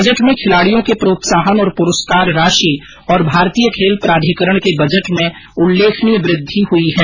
budget में खिलाड़ियों के प्रोत्साहन और पुरस्कार राशि और भारतीय खेल प्राधिकरण के बजट में उल्लेखनीय वृद्धि हई है